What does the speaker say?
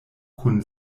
kun